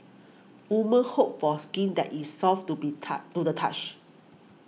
woman hope for skin that is soft to be tough to the touch